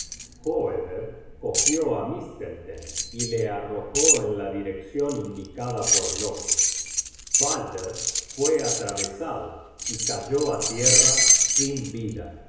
hoeder cogió á mistelten y le arrojó en la direccion indicada por loke balder fue atravesado y cayó á tierra sin vida